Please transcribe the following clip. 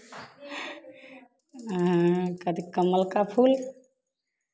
कमल का फूल